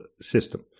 system